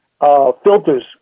filters